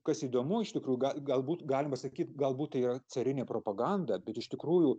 kas įdomu iš tikrųjų galbūt galima sakyt galbūt tai yra carinė propaganda ir iš tikrųjų